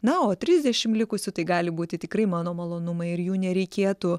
na o trisdešim likusių tai gali būti tikrai mano malonumai ir jų nereikėtų